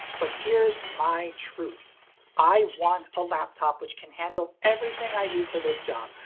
but here's my truth i want a laptop which can handle everything i do for this job.